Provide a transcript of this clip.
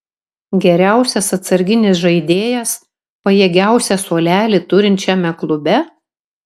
geriausias atsarginis žaidėjas pajėgiausią suolelį turinčiame klube